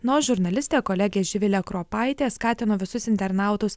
nors žurnalistė kolegė živilė kropaitė skatino visus internautus